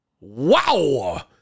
wow